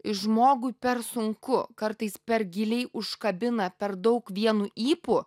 ir žmogui per sunku kartais per giliai užkabina per daug vienu ypu